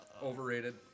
overrated